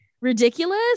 ridiculous